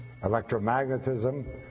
electromagnetism